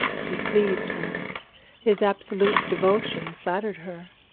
he pleased her his absolute devotion flattered her.